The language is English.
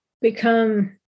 become